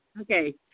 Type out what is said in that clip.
Okay